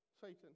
Satan